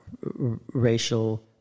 racial